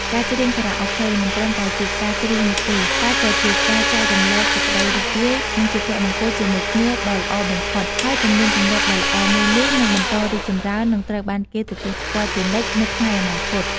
ការច្រៀងខារ៉ាអូខេ មិនត្រឹមតែជាការច្រៀងនោះទេ តែក៏ជាការចែករំលែកសេចក្តីរីករាយ និងសុភមង្គលជាមួយគ្នាដ៏ល្អបំផុត ហើយទំនៀមទម្លាប់ដ៏ល្អមួយនេះនឹងបន្តរីកចម្រើន និងត្រូវបានគេទទួលស្គាល់ជានិច្ចនៅថ្ងៃអនាគត។